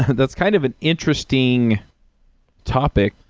that's kind of an interesting topic.